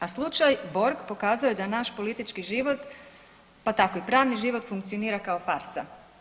A slučaj Borg pokazao je da naš politički život pa tako i pravni život funkcionira kao farsa.